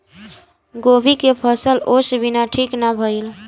गोभी के फसल ओस बिना ठीक ना भइल